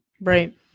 right